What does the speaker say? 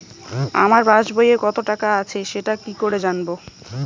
আমার পাসবইয়ে কত টাকা আছে সেটা কি করে জানবো?